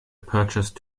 purchased